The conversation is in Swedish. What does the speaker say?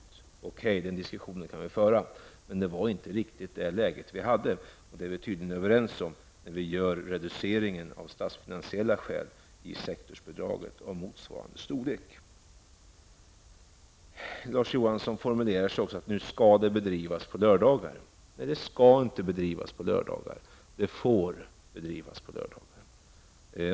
Okej, den diskussionen kan vi föra. Men läget var inte riktigt så. Det är vi tydligen överens om när det gäller att reduceringen av motsvarande storlek av sektorsbidraget görs av statsfinansiella skäl. Larz Johansson formulerade sig som att nu skall undervisning bedrivas på lördagar. Undervisning skall inte bedrivas på lördagar, men den får bedrivas på lördagar.